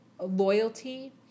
loyalty